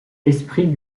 esprit